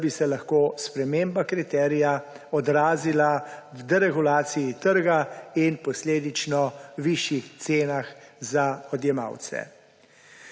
da bi se lahko sprememba kriterija odrazila v deregulaciji trga in posledično višjih cenah za odjemalce.